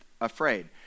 afraid